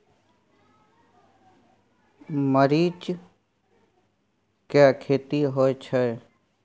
मरीच के खेती होय छय?